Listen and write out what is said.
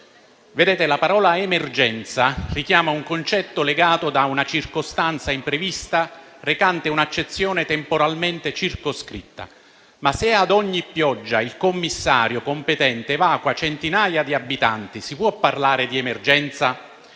fango. La parola "emergenza" richiama un concetto legato a una circostanza imprevista recante un'accezione temporalmente circoscritta. Ma, se a ogni pioggia il Commissario competente evacua centinaia di abitanti, si può parlare di emergenza?